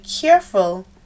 careful